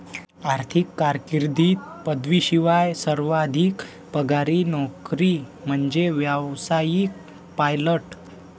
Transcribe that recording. आर्थिक कारकीर्दीत पदवीशिवाय सर्वाधिक पगाराची नोकरी म्हणजे व्यावसायिक पायलट